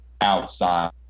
outside